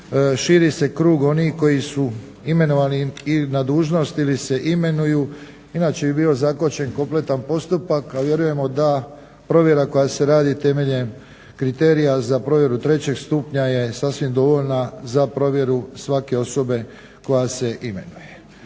Širi se krug onih koji su imenovani ili na dužnost ili se imenuju, inače bi bio zakočen kompletan postupak, a vjerujemo da provjera koja se radi temeljem kriterija za provjeru trećeg stupnja je sasvim dovoljna za provjeru svake osobe koja se imenuje.